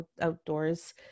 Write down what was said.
outdoors